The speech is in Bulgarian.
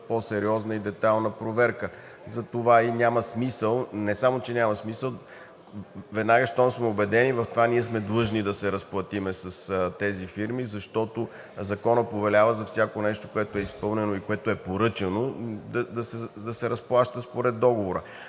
по-сериозна и детайлна проверка. Затова няма смисъл – не само че няма смисъл, веднага щом сме убедени в това, сме длъжни да се разплатим с тези фирми, защото законът повелява за всяко нещо, което е изпълнено и което е поръчано, да се разплаща според договора.